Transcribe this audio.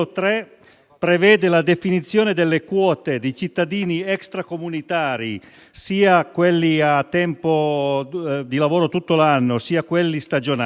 prevede la definizione delle quote di cittadini extracomunitari, sia quelli con permesso di lavoro annuale, sia quelli stagionali.